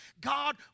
God